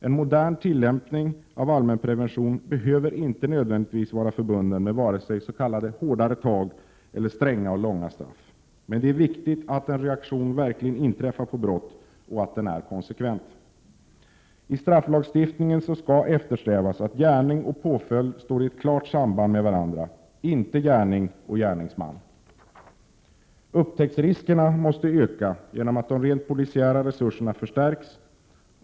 En modern tillämpning av allmänprevention behöver inte nödvändigtvis vara förbunden med vare sig ”hårdare tag”, eller stränga och långa straff. Men det är viktigt att en reaktion verkligen inträffar på brott och att den är konsekvent. Istrafflagstiftningen skall eftersträvas att gärning och påföljd står i ett klart samband med varandra — inte gärning och gärningsman. Upptäcktsriskerna måste öka genom att de rent polisiära resurserna förstärks.